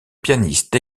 pianiste